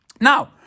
Now